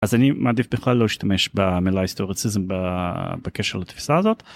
אז אני מעדיף בכלל לא להשתמש במילה היסטוריציזם בקשר לתפיסה הזאת.